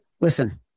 Listen